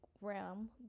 realm